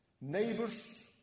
neighbors